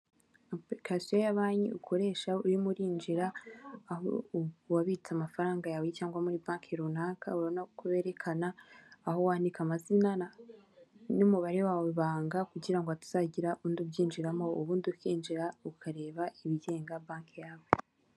Apurikasiyo ya banki ukoresha urimo urinjira aho wabitse amafaranga yawe cyangwa muri banki runaka. Ubona ko berekana aho wandika amazina n’umubare wawe ibanga kugira ngo hatazagira undi ubyinjiramo. Ubundi ukinjira ukareba ibigenga banki yawe.